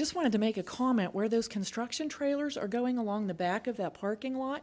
just wanted to make a comment where those construction trailers are going along the back of the parking lot